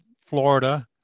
Florida